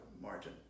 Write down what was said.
margin